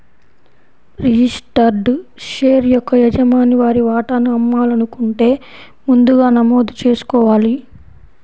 registered share యొక్క యజమాని వారి వాటాను అమ్మాలనుకుంటే ముందుగా నమోదు చేసుకోవాలి